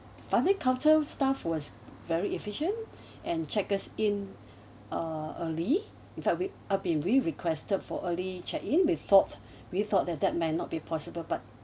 front end counter staff was very efficient and checked us in uh early in fact we uh we~ we requested for early check-in we thought we thought that that may not be possible but